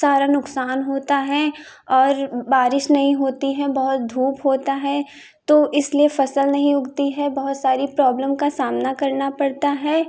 सारा सारा नुकसान होता है और बारिश नहीं होती है बहुत धूप होता है तो इसलिए फसल नहीं उगती है बहुत सारी प्रोब्लम का सामना करना पड़ता है